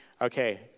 Okay